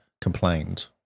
complained